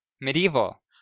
medieval